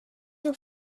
were